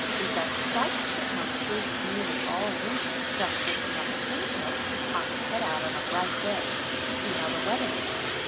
is that striped chipmunk sleeps nearly all winter, just waking up occasionally to pop his head out on a bright day to see how the weather is.